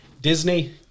Disney